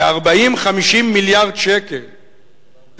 כ-40 50 מיליארד שקל,